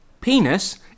penis